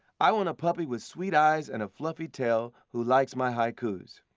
i want a puppy with sweet eyes and a fluffy tail who likes my haikus.